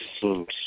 seems